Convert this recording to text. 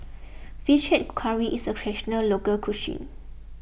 Fish Head Curry is a Traditional Local Cuisine